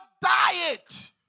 diet